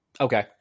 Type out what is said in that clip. Okay